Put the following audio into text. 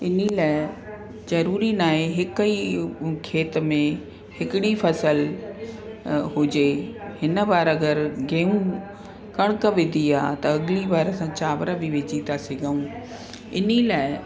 इन लाइ ज़रूरी न आहे हिकु ई खेत में हिकिड़ी फसल अ हुजे हिन बार अगरि गेहू कण्क विधी आहे त अगली बार असां चांवर बि विझी था सघूं इन लाइ